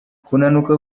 kunanuka